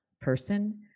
person